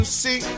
see